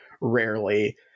rarely